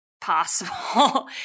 possible